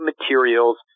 materials